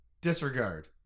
Disregard